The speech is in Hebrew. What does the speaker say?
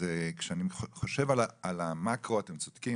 כשאני חושב על המקרו, אתם צודקים.